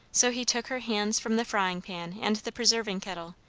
so he took her hands from the frying-pan and the preserving kettle,